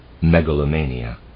megalomania